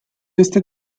este